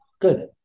good